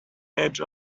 edge